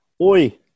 Oi